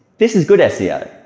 this is good seo.